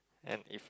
and if